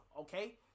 okay